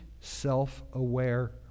self-aware